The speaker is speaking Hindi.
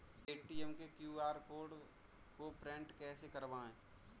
पेटीएम के क्यू.आर कोड को प्रिंट कैसे करवाएँ?